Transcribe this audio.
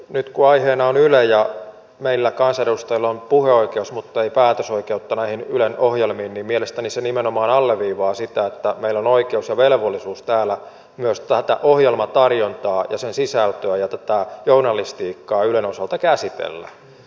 nyt kun aiheena on yle ja meillä kansanedustajilla on puheoikeus muttei päätösoikeutta näihin ylen ohjelmiin mielestäni se nimenomaan alleviivaa sitä että meillä on oikeus ja velvollisuus täällä myös tätä ohjelmatarjontaa sen sisältöä ja tätä journalistiikkaa ylen osalta käsitellä